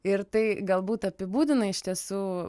ir tai galbūt apibūdina iš tiesų